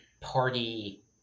party